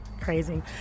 crazy